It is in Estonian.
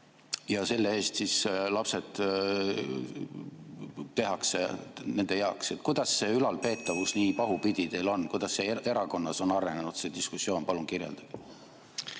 ja selle eest siis lapsed tehakse nende heaks. Kuidas ülalpeetavus nii pahupidi teil on? Kuidas erakonnas on arenenud see diskussioon? Palun kirjeldage!